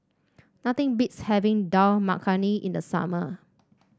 nothing beats having Dal Makhani in the summer